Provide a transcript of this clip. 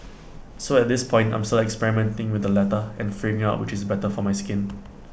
so at this point I'm still experimenting with the latter and figuring out which is better for my skin